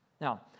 Now